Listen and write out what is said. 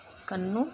ਕੰਨੁ